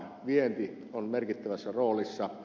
vienti on merkittävässä roolissa